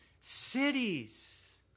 Cities